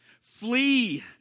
flee